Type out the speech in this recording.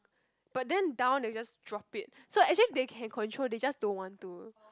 but then down they just drop it so actually they can control they just don't want to